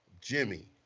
Jimmy